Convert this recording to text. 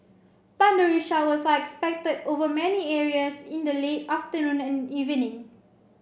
thundery showers are expected over many areas in the late afternoon and evening